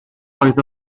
oedd